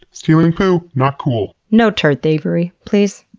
stealing poo, not cool. no turd thievery, please.